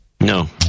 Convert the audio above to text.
No